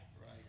Right